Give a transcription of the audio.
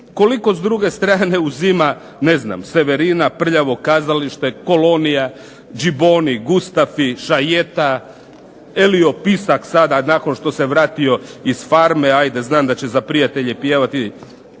Koliko s druge strane uzima Severina, Prljavo kazalište, Colonia, Gibonni, Gustafi, Šajeta, Elio Pisak sada nakon što se vratio iz "Farme", ajde znam da će za prijatelje pjevati